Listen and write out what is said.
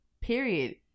period